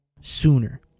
sooner